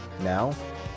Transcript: Now